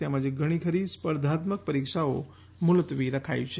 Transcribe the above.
તેમજ ઘણી ખરી સ્પર્ધાત્મક પરીક્ષાઓ મુલતવી રખાઈ છે